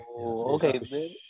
Okay